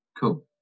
cool